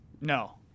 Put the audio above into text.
No